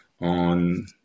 on